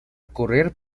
correr